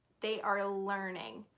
they are ah learning.